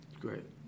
Great